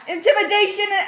Intimidation